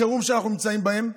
החירום שאנחנו נמצאים בו?